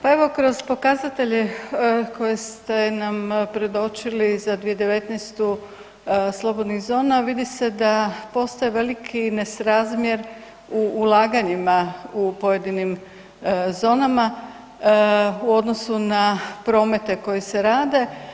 Pa evo kroz pokazatelje koje ste nam predočili za 2019. slobodnih zona, vidi se da postoji veliki nesrazmjer u ulaganjima u pojedinim zonama, u odnosu na promete koji se rade.